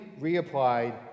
reapplied